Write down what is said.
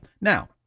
now